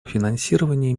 финансирование